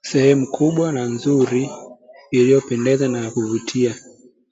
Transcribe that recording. Sehemu kubwa na nzuri, iliyopendeza na kuvutia,